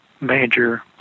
major